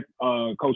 Coach